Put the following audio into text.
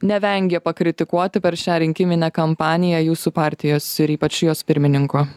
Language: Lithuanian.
nevengė pakritikuoti per šią rinkiminę kampaniją jūsų partijos ir ypač jos pirmininko